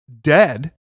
dead